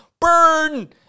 burn